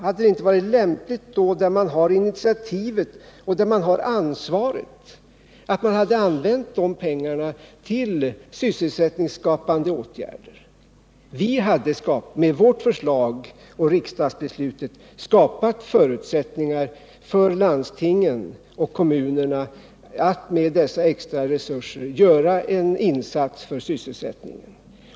Hade det inte varit lämpligt, när man hade initiativet och ansvaret, att använda de pengarna till sysselsättningsskapande åtgärder? Vi 49 hade med vårt förslag och med riksdagsbeslutet skapat förutsättningar för landstingen och kommunerna att med dessa extra resurser göra en insats för sysselsättningen.